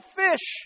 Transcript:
fish